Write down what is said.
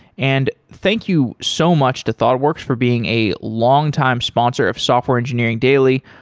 and thank you so much to thoughtworks for being a longtime sponsor of software engineering daily.